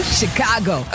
chicago